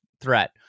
threat